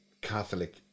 Catholic